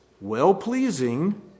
well-pleasing